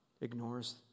ignores